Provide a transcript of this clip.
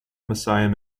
messiah